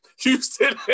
Houston